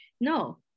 No